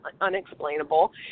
unexplainable